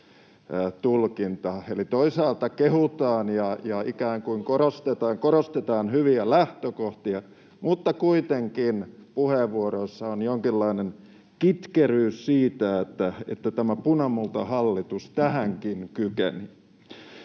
eli toisaalta kehutaan ja ikään kuin korostetaan hyviä lähtökohtia, mutta kuitenkin puheenvuoroissa on jonkinlainen kitkeryys siitä, että tämä punamultahallitus tähänkin kykeni.